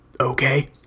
okay